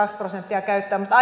prosenttia käyttää mutta